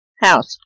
house